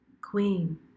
queen